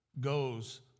goes